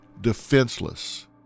defenseless